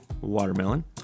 watermelon